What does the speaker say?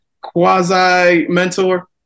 quasi-mentor